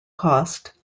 cost